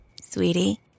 Sweetie